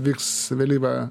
vyks vėlyvą